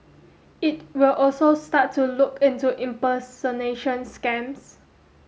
it will also start to look into impersonation scams